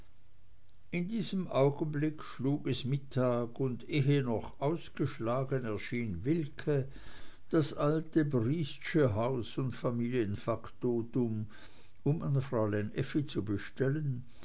in diesem augenblick schlug es mittag und ehe es noch ausgeschlagen erschien wilke das alte briestsche haus und familienfaktotum um an fräulein effi zu bestellen